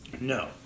No